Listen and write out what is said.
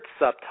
subtype